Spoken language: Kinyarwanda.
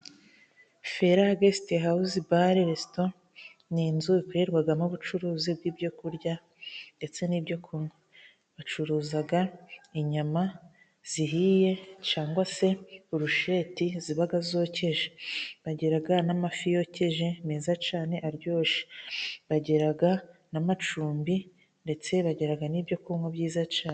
Fera gesite hawuze bare resito ni inzu yakorerwagamo ubucuruzi bw'ibyo kurya ndetse n'ibyo kunywa. Bacuruza inyama zihiye cyangwa se burusheti ziba zokeje, bagira n'amafi yokeje meza cyane, aryoshye. Bagira n'amacumbi ndetse bagira n'ibyo kunywa byiza cyane.